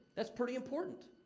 that's pretty important.